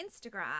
Instagram